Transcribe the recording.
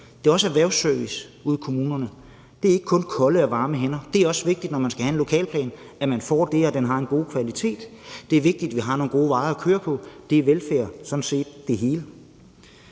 det er også erhvervsservice ude i kommunerne. Det er ikke kun kolde og varme hænder. Det er også vigtigt, når man skal have en lokalplan, at man får den, og at den har en god kvalitet. Det er vigtigt, at vi har nogle gode veje at køre på. Det hele er sådan set velfærd.